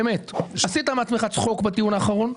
באמת: עשית מעצמך צחוק בטיעון האחרון.